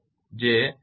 1111 × 5000 છે જે 555